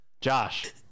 Josh